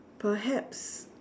perhaps